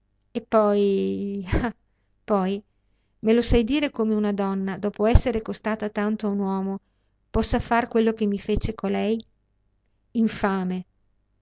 e poi ah poi me lo sai dire come una donna dopo esser costata tanto a un uomo possa far quello che mi fece colei infame